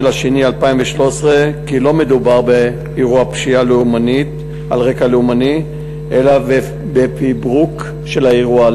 2013 שלא מדובר באירוע פשיעה על רקע לאומני אלא בפברוק של האירוע.